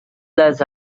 less